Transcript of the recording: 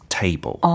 table